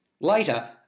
Later